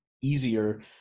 easier